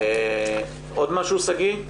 עוד משהו, שגיא?